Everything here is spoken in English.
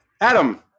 Adam